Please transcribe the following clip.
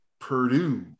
Purdue